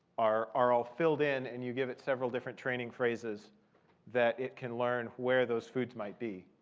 are are all filled in. and you give it several different training phrases that it can learn where those foods might be.